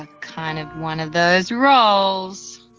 ah kind of one of those roles,